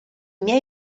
miei